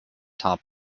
top